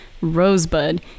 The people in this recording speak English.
rosebud